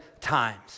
times